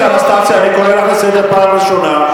אני קורא אותך לסדר פעם ראשונה.